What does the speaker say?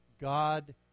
God